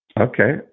Okay